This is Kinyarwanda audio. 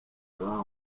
grand